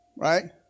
Right